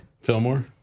Fillmore